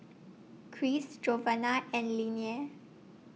Cris Giovanna and Nelia